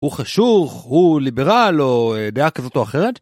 הוא חשוך הוא ליברל או דעה כזאת או אחרת.